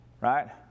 right